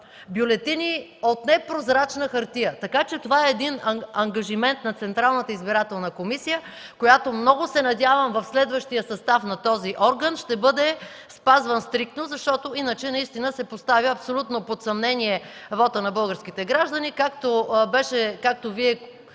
бюлетини от непрозрачна хартия”. Така че това е ангажимент на Централната избирателна комисия, който много се надявам в следващия състав на този орган да бъде спазван стриктно, защото иначе се поставя абсолютно под съмнение вота на българските граждани, както Вие коректно